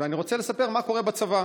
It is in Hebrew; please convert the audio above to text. אני רוצה לספר מה קורה בצבא.